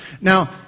Now